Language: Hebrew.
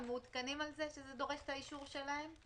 הם מעודכנים שזה דורש את האישור שלהם?